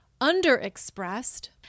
underexpressed